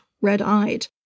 red-eyed